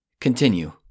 continue